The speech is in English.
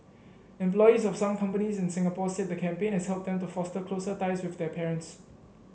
employees of some companies in Singapore said the campaign has helped them to foster closer ties with their parents